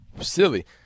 silly